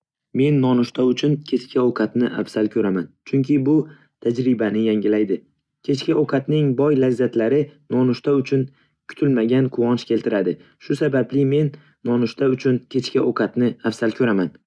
Men nonushta uchun kechki ovqatni afzal ko'raman, chunki bu tajribani yangilaydi. Kechki ovqatning boy lazzatlari nonushta uchun kutilmagan quvonch keltiradi, shu sababli, men nonushta uchun kechki ovqatni afzal ko'raman.